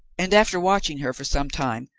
and after watching her for some time,